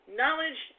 knowledge